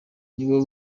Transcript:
nibo